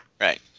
Right